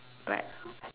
right